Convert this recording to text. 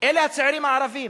אלה הצעירים הערבים.